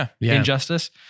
Injustice